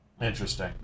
Interesting